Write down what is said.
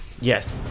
Yes